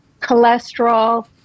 cholesterol